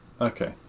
okay